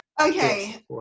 Okay